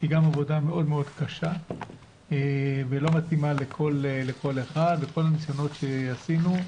היא גם עבודה מאוד קשה ולא מתאימה לכל אחד וכל הניסיונות שעשינו,